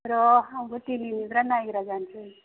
र' आंबो दिनैनिफ्राय नायग्रा जानोसै